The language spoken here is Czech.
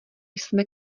jsme